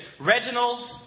Reginald